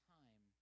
time